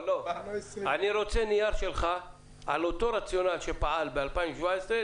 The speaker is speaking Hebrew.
אני רוצה נייר שלך על אותו רציונל שפעל ב-2017,